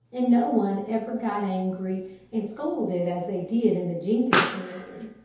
and no one ever got angry and scolded as they did in the jenkins family.